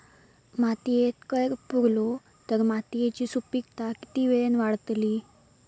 मातयेत कैर पुरलो तर मातयेची सुपीकता की वेळेन वाडतली?